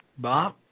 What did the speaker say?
Bob